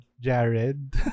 Jared